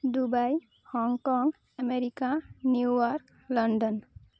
Dubai Hong Kong America New York London